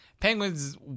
Penguins